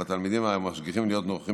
על התלמידים והמשגיחים להיות נוכחים